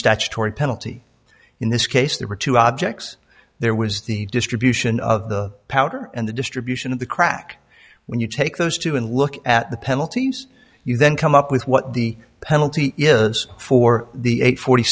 statutory penalty in this case there were two objects there was the distribution of the powder and the distribution of the crack when you take those two and look at the penalties you then come up with what the penalty is for the eight